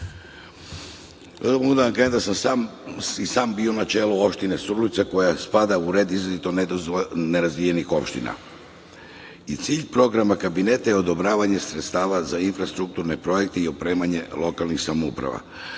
kažem da sam i sam bio na čelu opštine Surdulica koja spada u red izuzetno nerazvijenih opština. Cilj programa Kabineta je odobravanje sredstava za infrastrukturne projekte i opremanje lokalnih samouprava.